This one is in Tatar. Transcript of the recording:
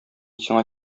сиңа